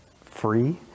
free